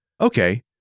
Okay